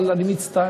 אבל אני מצטער.